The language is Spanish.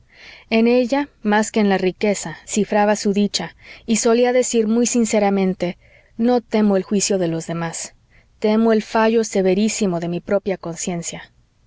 en ella más que en la riqueza cifraba su dicha y solía decir muy sinceramente no temo el juicio de los demás temo el fallo severísimo de mi propia conciencia